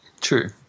true